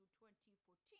2014